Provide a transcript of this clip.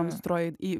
antroji į